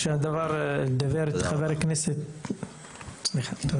נעמה לזימי (יו"ר הוועדה המיוחדת לענייני צעירים): תודה.